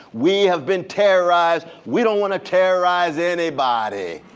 we have been terrorized. we don't want to terrorize anybody.